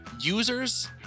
Users